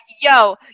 yo